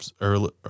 early